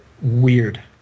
weird